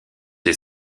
des